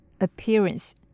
appearance